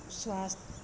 स्वास्थ